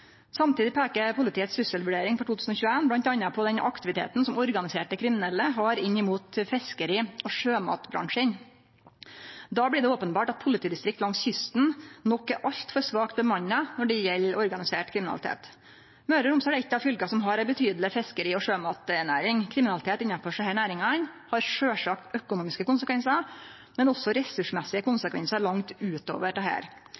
Samtidig peiker politiets trusselvurdering for 2021 bl.a. på den aktiviteten som organiserte kriminelle har mot fiskeri- og sjømatbransjen. Da blir det openbert at politidistrikta langs kysten nok er altfor svakt bemanna når det gjeld organisert kriminalitet. Møre og Romsdal er eit av dei fylka som har ei betydeleg fiskeri- og sjømatnæring. Kriminalitet i desse næringane har sjølvsagt økonomiske konsekvensar, men også ressursmessige